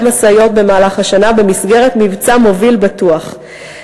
משאיות במהלך השנה במסגרת מבצע "מוביל בטוח".